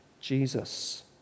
Jesus